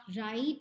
right